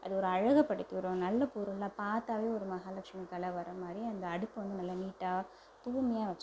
அது ஒரு அழகுபடுத்தி ஒரு நல்ல பொருளாக பார்த்தாவே ஒரு மகாலக்ஷ்மி கலை வர மாதிரி அந்த அடுப்பை வந்து நல்லா நீட்டாக தூய்மையாக வச்சிருப்பாங்கள்